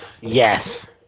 Yes